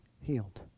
healed